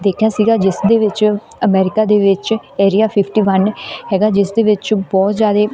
ਦੇਖਿਆ ਸੀਗਾ ਜਿਸ ਦੇ ਵਿੱਚ ਅਮੈਰਿਕਾ ਦੇ ਵਿੱਚ ਏਰੀਆ ਫਿਫਟੀ ਵਨ ਹੈਗਾ ਜਿਸ ਵਿੱਚ ਬਹੁਤ ਜ਼ਿਆਦਾ